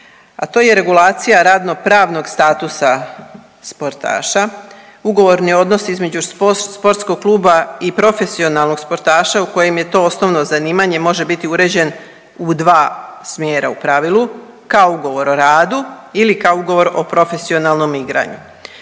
a to je regulacija radno pravnog statusa sportaša. Ugovorni odnosi između sportskog kluba i profesionalnog sportaša kojem je to osnovno zanimanje može biti uređen u dva smjera u pravilu kao ugovor o radu ili kao ugovor o profesionalnom igranju.